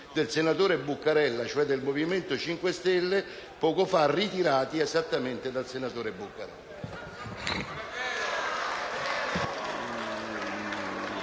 del senatore Buccarella, cioè del Movimento 5 Stelle, poco fa ritirati esattamente dal presentatore.